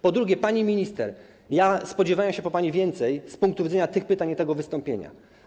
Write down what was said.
Po drugie, pani minister, spodziewałem się po pani więcej z punktu widzenia tych pytań i tego wystąpienia.